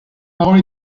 parole